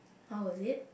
how was it